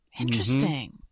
Interesting